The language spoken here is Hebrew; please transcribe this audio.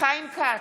חיים כץ,